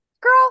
girl